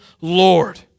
Lord